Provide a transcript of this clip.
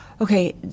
Okay